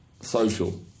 social